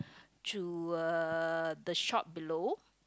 to uh the shop below